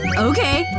and okay.